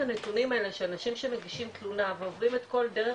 הנתונים האלה של אנשים שמגישים תלונה ועוברים את כל דרך